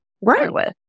Right